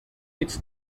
its